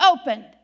opened